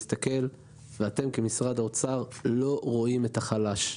אתם במשרד האוצר לא רואים את החלש,